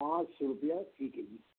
پانچ سو روپیہ فی کے جی